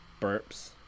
burps